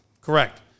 Correct